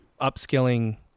Upskilling